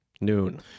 Noon